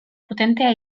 potentea